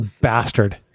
bastard